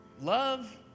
Love